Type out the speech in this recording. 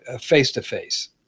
face-to-face